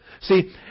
See